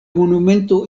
monumento